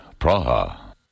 Praha